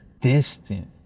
Distant